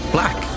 Black